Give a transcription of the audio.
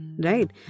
right